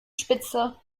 spitze